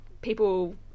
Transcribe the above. people